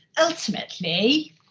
ultimately